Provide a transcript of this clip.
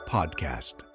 Podcast